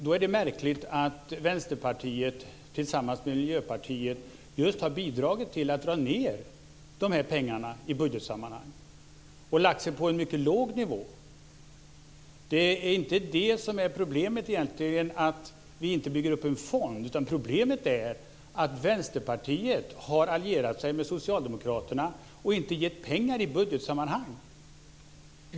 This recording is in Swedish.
Då är det märkligt att Vänsterpartiet tillsammans med Miljöpartiet har bidragit till att dra ned de här pengarna i budgetsammanhang och lagt sig på en mycket låg nivå. Problemet är egentligen inte att vi inte bygger upp en fond. Problemet är att Vänsterpartiet har allierat sig med Socialdemokraterna och inte gett pengar i budgetsammanhang.